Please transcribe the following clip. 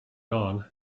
dawn